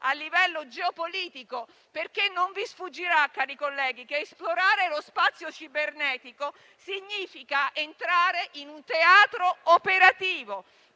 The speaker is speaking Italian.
a livello geopolitico. Cari colleghi, non vi sfuggirà che esplorare lo spazio cibernetico significa entrare in un teatro operativo.